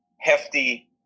hefty